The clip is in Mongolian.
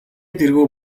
тэргүй